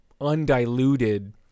undiluted